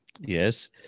yes